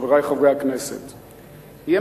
תודה,